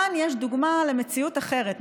כאן יש דוגמה למציאות אחרת,